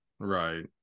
Right